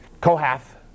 Kohath